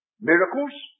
miracles